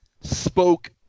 spoke